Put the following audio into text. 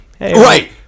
right